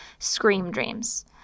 SCREAMDREAMS